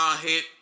hit